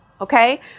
Okay